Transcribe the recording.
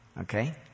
Okay